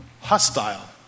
hostile